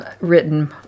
written